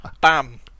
bam